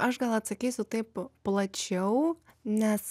aš gal atsakysiu taip plačiau nes